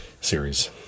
series